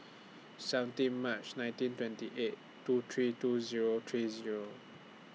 seventeen March nineteen twenty eight two three two Zero three Zero